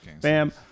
Bam